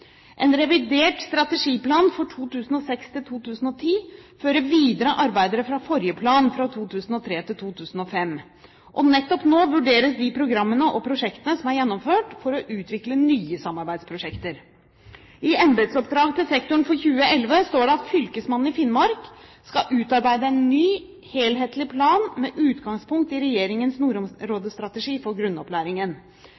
En revidert strategiplan for 2006–2010 fører videre arbeidet fra forrige plan, fra 2003–2005. Og nettopp nå vurderes de programmene og de prosjektene som er gjennomført for å utvikle nye samarbeidsprosjekter. I embetsoppdraget til sektoren for 2011 står det at Fylkesmannen i Finnmark skal utarbeide en ny helhetlig plan med utgangspunkt i regjeringens